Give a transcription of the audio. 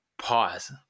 Pause